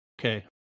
okay